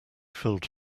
filled